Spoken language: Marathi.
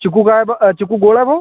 चिकू काय बा चिकू गोड आहे भाऊ